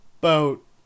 boat